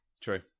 true